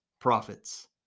prophets